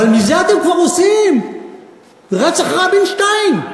אבל מזה אתם כבר עושים רצח רבין 2. אני